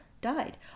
died